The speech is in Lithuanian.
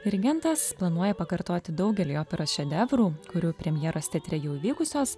dirigentas planuoja pakartoti daugelį operos šedevrų kurių premjeros teatre jau vykusios